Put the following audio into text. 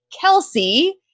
Kelsey